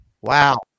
Wow